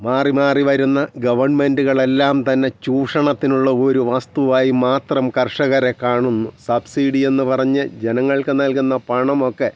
മാറി മാറി വരുന്ന ഗവണ്മെൻ്റുകളെല്ലാം തന്നെ ചൂഷണത്തിനുള്ള ഒരു വസ്തുവായി മാത്രം കർഷകരെ കാണുന്നു സബ്സിഡി എന്ന് പറഞ്ഞ് ജനങ്ങൾക്ക് നൽകുന്ന പണമൊക്കെ